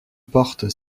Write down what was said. porte